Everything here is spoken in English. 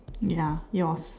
ya it was